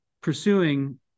pursuing